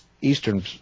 eastern